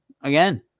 again